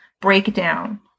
breakdown